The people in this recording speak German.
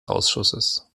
ausschusses